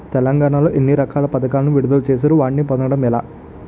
తెలంగాణ లో ఎన్ని రకాల పథకాలను విడుదల చేశారు? వాటిని పొందడం ఎలా?